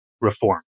reform